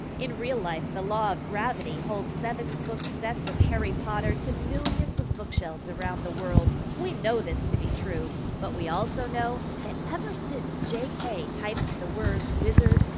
in real life, the law of gravity holds seven book sets of harry potter to millions of bookshelves around the world. we know this to be true, but we also know that ever since j k. typed the words wizard,